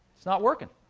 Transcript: it's not working.